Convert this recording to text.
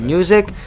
Music